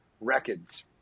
records